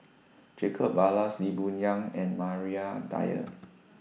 Jacob Ballas Lee Boon Yang and Maria Dyer